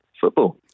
football